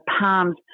palms